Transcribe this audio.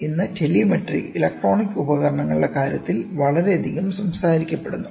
ഇന്ന് telemetry electronic ഉപകരണങ്ങളുടെ കാര്യത്തിൽ വളരെയധികം സംസാരിക്കപ്പെടുന്നു